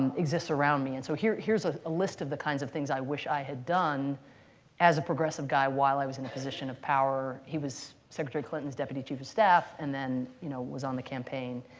and exists around me. and so here's here's ah a list of the kinds of things i wish i had done as a progressive guy while i was in a position of power. he was secretary clinton's deputy chief of staff and then you know was on the campaign.